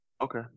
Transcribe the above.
okay